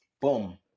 Boom